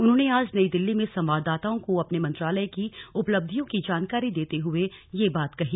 उन्होंने आज नई दिल्ली में संवाददाताओं को अपने मंत्रालय की उपलब्धियों की जानकारी देते हुए यह बात कही